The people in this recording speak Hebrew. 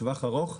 לטווח ארוך,